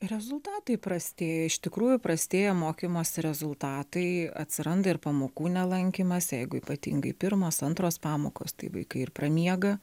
rezultatai prastėja iš tikrųjų prastėja mokymosi rezultatai atsiranda ir pamokų nelankymas jeigu ypatingai pirmos antros pamokos tai vaikai ir pramiega